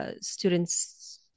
students